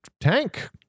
tank